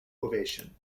ovation